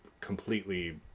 completely